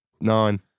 Nine